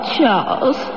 Charles